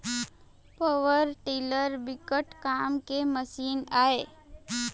power tiller बिकट काम के मसीन आय